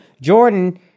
Jordan